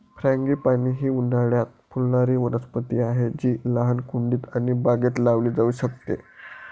frangipani ही उन्हाळयात फुलणारी वनस्पती आहे जी लहान कुंडीत आणि बागेत लावली जाऊ शकते